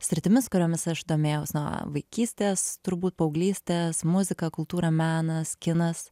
sritimis kuriomis aš domėjaus nuo vaikystės turbūt paauglystės muzika kultūra menas kinas